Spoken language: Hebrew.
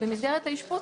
במסגרת האשפוז,